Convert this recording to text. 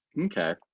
okay